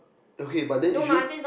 okay but then if you